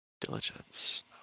diligence